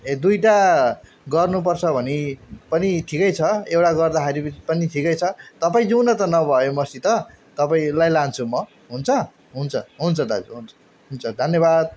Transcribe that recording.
ए दुइवटा गर्नु पर्छ भने पनि ठिकै छ एउटा गर्दाखेरि पनि ठिकै छ तपाईँ जाऊँ न त नभए मसित तपाईँलाई लान्छु म हुन्छ हुन्छ हुन्छ दाजु हुन्छ हुन्छ धन्यवाद